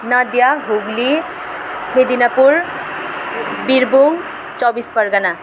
Nadia Hooghly Midnapore Birbhum Chaubis Pargana